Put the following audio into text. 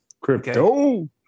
Crypto